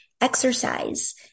exercise